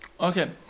Okay